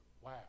Wow